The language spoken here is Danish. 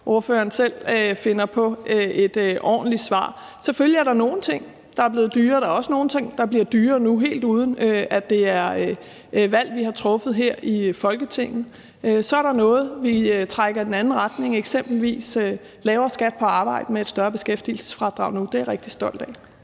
spørgeren selv finder på et ordentligt svar. Der er selvfølgelig nogle ting, der er blevet dyrere. Der er også nogle ting, der bliver dyrere nu, uden at det er på grund af et valg, vi har truffet her i Folketinget. Så er der noget, der trækker i den anden retning, eksempelvis lavere skat på arbejde med et større beskæftigelsesfradrag. Det er jeg rigtig stolt af.